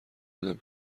بودم